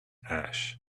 ash